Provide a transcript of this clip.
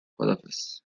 خداحافظ